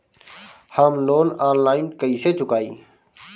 हम loan online कइसे चुकाई?